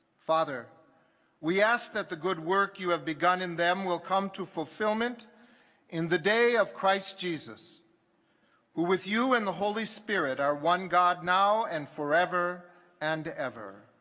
father we ask that the good work you have begun in them will come to fulfillment in the day of christ jesus who with you and the holy spirit are one god now and forever and ever